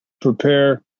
prepare